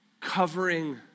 covering